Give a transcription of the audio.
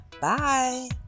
bye